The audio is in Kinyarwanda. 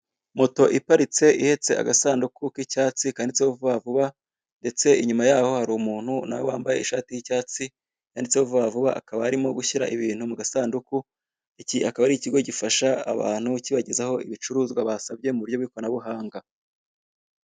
moto iparitse ihetse agasanduku k'icyatsi kanditseho vuba vuba, ndetse inyuma yaho hari umuntu nawe wambaye ishati y'icyatsi yanditseho vuba vuba akaba arimo gushyira ibintu mugasanduku, iki akaba ari ikigo gifasha abantu kibagezaho ibicuruzwa basabye muburyo bwikoranabuhanga.